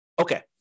Okay